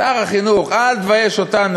שר החינוך, אל תבייש אותנו.